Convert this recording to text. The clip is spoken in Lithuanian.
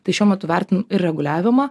tai šiuo metu vertin ir reguliavimą